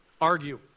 argue